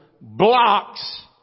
blocks